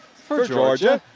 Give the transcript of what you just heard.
for georgia.